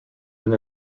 when